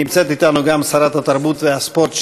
נמצאת אתנו גם שרת התרבות והספורט,